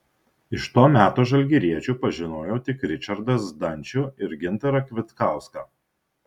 iš to meto žalgiriečių pažinojau tik ričardą zdančių ir gintarą kvitkauską